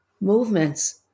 movements